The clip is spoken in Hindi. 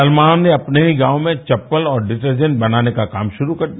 सलमान ने अपने ही गाँव में चप्पल और डिटरजेन्ट बनाने का काम शुरू कर दिया